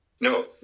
No